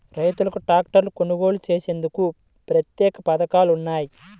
రైతులకు ట్రాక్టర్లు కొనుగోలు చేసేందుకు ప్రత్యేక పథకాలు ఉన్నాయా?